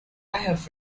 have